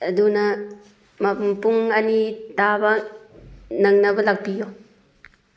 ꯑꯗꯨꯅ ꯄꯨꯡ ꯑꯅꯤ ꯇꯥꯕ ꯅꯪꯅꯕ ꯂꯥꯛꯄꯤꯌꯨ